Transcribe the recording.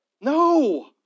No